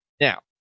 Now